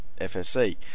FSC